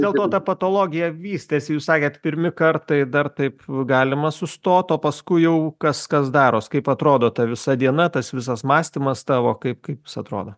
dėl to ta patologija vystėsi jūs sakėt pirmi kartai dar taip galima sustot o paskui jau kas kas daros kaip atrodo ta visa diena tas visas mąstymas tavo kaip kaip atrodo